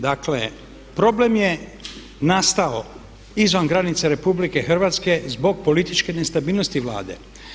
Dakle problem je nastao izvan granica RH zbog političke nestabilnosti Vlade.